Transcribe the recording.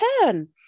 turn